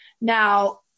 Now